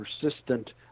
persistent